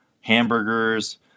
hamburgers